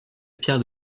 pierre